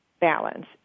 balance